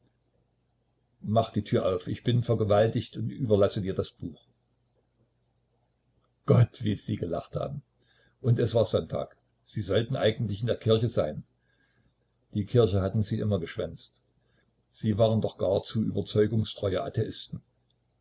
mach die tür auf ich bin vergewaltigt und überlasse dir das buch gott wie sie gelacht haben und es war sonntag sie sollten eigentlich in der kirche sein die kirche hatten sie immer geschwänzt sie waren doch gar zu überzeugungstreue atheisten